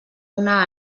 una